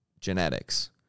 genetics